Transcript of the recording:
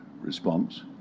response